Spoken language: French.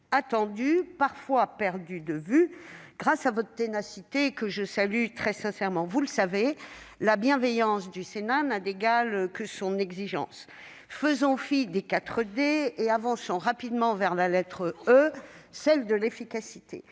attendue, parfois perdue de vue, grâce à votre ténacité que je salue très sincèrement. Vous le savez, la bienveillance du Sénat n'a d'égale que son exigence. Faisons fi des 4D et avançons rapidement vers la lettre E, celle de l'efficacité